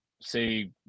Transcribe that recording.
say